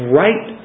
right